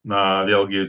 na vėlgi